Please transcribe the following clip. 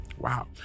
Wow